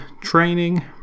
training